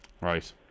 Right